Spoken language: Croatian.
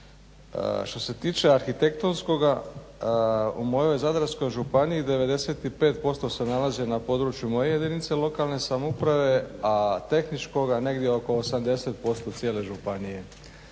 Što se tiče arhitektonskoga u mojoj Zadarskoj županiji 95% se nalaze na području moje jedinice lokalne samouprave, a tehničkoga negdje oko 80% cijele županije.